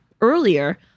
earlier